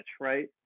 right